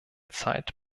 zeit